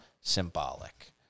symbolic